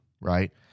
right